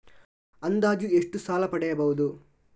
ಅಂದಾಜು ಎಷ್ಟು ಸಾಲ ಪಡೆಯಬಹುದು?